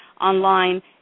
online